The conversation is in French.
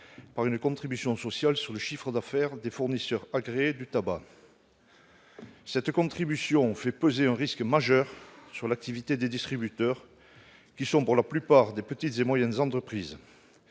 par une contribution sociale sur le chiffre d'affaires des fournisseurs agréés de produits du tabac. Cette contribution fait peser un risque majeur sur l'activité des distributeurs, pour la plupart des petites et moyennes entreprises,